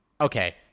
okay